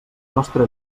nostra